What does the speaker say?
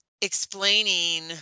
explaining